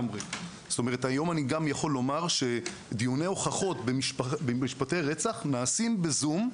היום אני גם יכול לומר שדיוני הוכחות במשפטי רצח נעשים בזום,